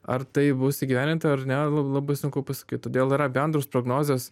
ar tai bus įgyvendinta ar ne labai sunku pasakyt todėl yra bendros prognozės